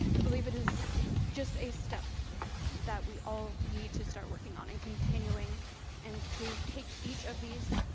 i believe it is just a step that we all need to start working on and continuing and to take each of these.